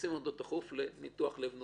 ומכניסים אותו דחוף לניתוח לב נוסף,